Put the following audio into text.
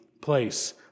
place